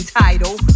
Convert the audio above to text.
title